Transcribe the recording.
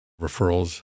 referrals